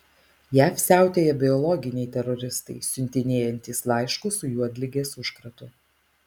jav siautėja biologiniai teroristai siuntinėjantys laiškus su juodligės užkratu